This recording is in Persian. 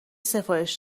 سفارش